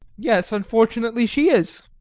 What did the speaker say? yes, unfortunately she is.